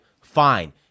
fine